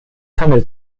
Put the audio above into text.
handelt